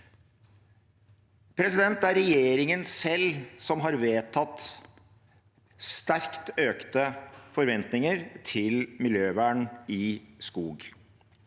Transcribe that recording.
Det er regjeringen selv som har vedtatt sterkt økte forventninger til miljøvern i skog.